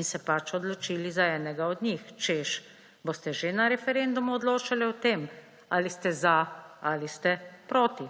in se pač odločili za enega od njih, češ, boste že na referendumu odločali o tem, ali ste za ali ste proti.